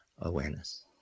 awareness